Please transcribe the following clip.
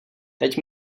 teď